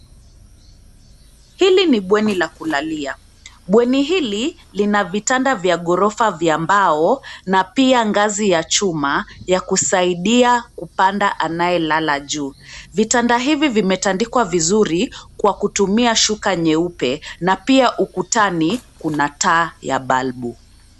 Hili ni bweni la kulalia, bweni hili lina vitanda vya ghorofa vya mbao na pia ngazi ya chuma ya kusaidia kupanda anayelala juu. Vitanda hivi vimetandikwa vizuri kwa kutumia shuka nyeupe na pia ukutani kuna taa ya balbu.